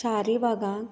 शाहरी भागांत